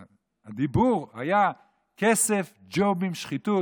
הדיבור היה כסף, ג'ובים, שחיתות.